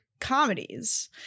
comedies